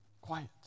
quiet